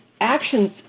actions